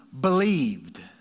believed